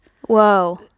whoa